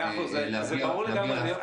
ברשותך,